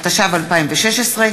התשע"ו 2016,